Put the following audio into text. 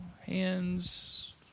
hands